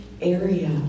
area